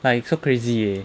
like so crazy leh